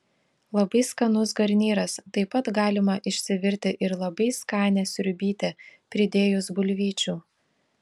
labai skanus garnyras taip pat galima išsivirti ir labai skanią sriubytę pridėjus bulvyčių